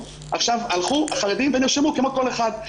הלכו החרדים ונרשמו כמו כל אחד.